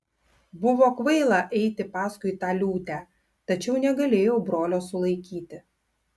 buvo kvaila eiti paskui tą liūtę tačiau negalėjau brolio sulaikyti